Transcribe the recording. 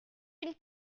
une